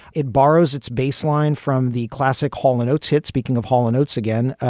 it borrows its baseline from the classic hall and oates hits. speaking of hall and oates again,